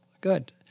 good